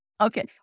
Okay